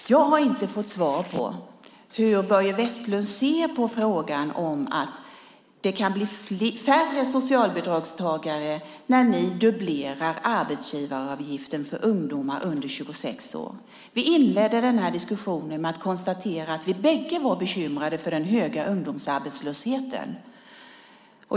Jag har inte fått svar på frågan hur Börje Vestlund ser att det kan bli färre socialbidragstagare när ni dubblerar arbetsgivaravgiften för ungdomar under 26 år. Vi inledde den här diskussionen med att konstatera att vi bägge var bekymrade över den höga ungdomsarbetslösheten.